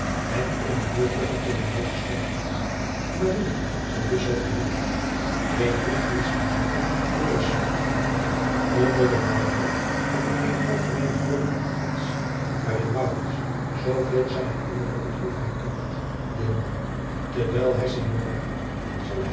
en eene jeugdige genuesche schoonheid maria saluzzo geheeten eene nicht van signore durazzo onder den maaltijd had er eene algemeene vrolijkheid plaats waarin maurits zooveel zijne innerlijke droefheid toeliet deel nam terwijl hij